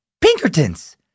Pinkertons